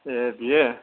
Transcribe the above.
ए बियो